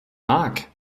mark